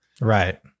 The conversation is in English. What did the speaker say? Right